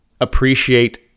appreciate